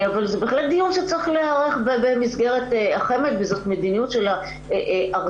זה בהחלט דיון שצריך להיערך במסגרת החמ"ד וזאת מדיניות ארצית.